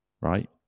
Right